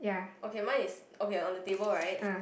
okay mine is okay on the table right